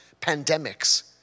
pandemics